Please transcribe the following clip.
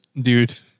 dude